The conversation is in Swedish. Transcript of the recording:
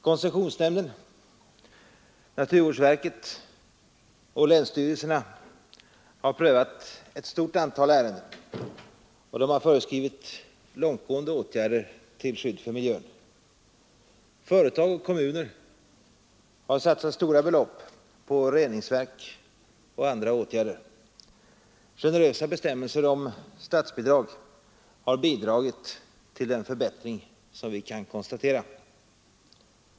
Koncessionsnämnden, naturvårdsverket och länsstyrelserna har prövat ett stort antal ärenden, och de har föreskrivit långtgående åtgärder till skydd för miljön. Företag och kommuner har satsat stora belopp på reningsverk och andra åtgärder. Generösa bestämmelser och statsbidrag har medverkat till den förbättring som vi kan konstatera.